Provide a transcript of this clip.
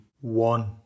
one